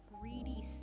greedy